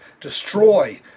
destroy